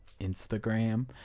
instagram